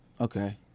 okay